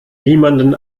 niemanden